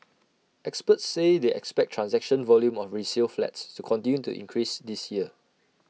experts say they expect transaction volume of resale flats to continue to increase this year